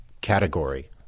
category